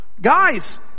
guys